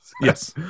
yes